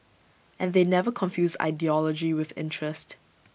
and they never confused ideology with interest